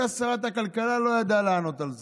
שרת הכלכלה הייתה, והיא לא ידעה לענות על זה.